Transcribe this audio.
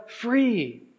free